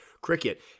cricket